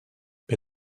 bei